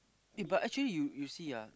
eh but actually you you see ah